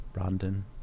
Brandon